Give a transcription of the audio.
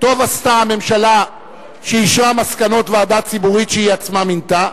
טוב עשתה הממשלה שאישרה מסקנות ועדה ציבורית שהיא עצמה מינתה,